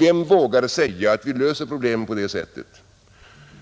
Vem vågar säga att vi löser problemen på det sättet?